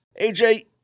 AJ